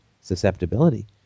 susceptibility